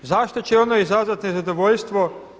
I zašto će ono izazvati nezadovoljstvo?